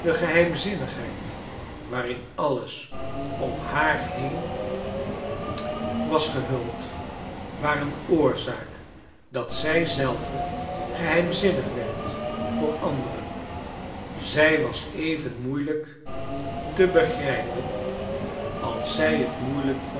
geheimzinnigheid waarin alles om haar heen was genuld waren oorzaak dat zij zelve geheimzinnig werd voor anderen zij was even moeilijk te begrijpen als zij het moeilijk vond